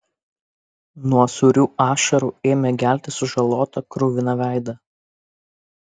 nuo sūrių ašarų ėmė gelti sužalotą kruviną veidą